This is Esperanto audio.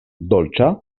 dolĉa